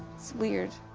it's weird.